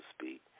speak